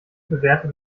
bewertet